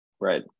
right